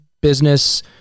business